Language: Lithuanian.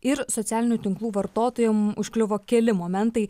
ir socialinių tinklų vartotojam užkliuvo keli momentai